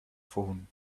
phone